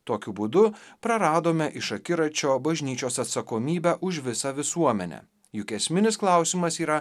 tokiu būdu praradome iš akiračio bažnyčios atsakomybę už visą visuomenę juk esminis klausimas yra